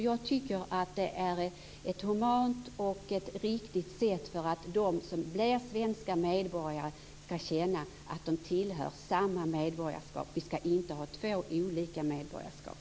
Jag tycker att det är ett humant och riktigt sätt för att de som blir svenska medborgare skall känna att de tillhör samma meborgarskap. Vi skall inte ha två olika medborgarskap.